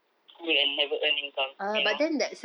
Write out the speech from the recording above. school and never earn income you know